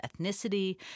ethnicity